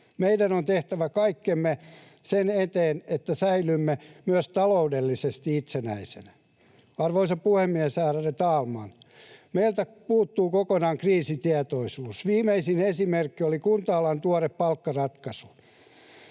Meidän on tehtävä kaikkemme sen eteen, että säilymme myös taloudellisesti itsenäisenä. Arvoisa puhemies, ärade talman! Meiltä puuttuu kokonaan kriisitietoisuus. Viimeisin esimerkki oli kunta-alan tuore palkkaratkaisu.